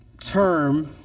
term